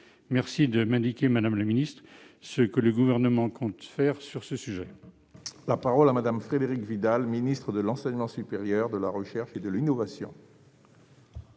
vouloir m'indiquer, madame la ministre, ce que le Gouvernement compte faire sur ce sujet.